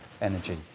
energy